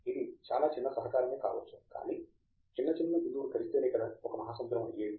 ఇది చాలా చిన్న సహకారమే కావచ్చు కానీ చిన్న చిన్న బిందువులు కలిస్తేనే కదా ఒక మహాసముద్రము అయ్యేది